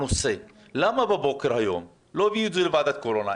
אז למה בבוקר היום לא הביאו את זה לוועדת הקורונה?